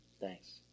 Thanks